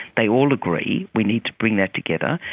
they all agree we need to bring that together,